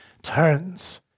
turns